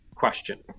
question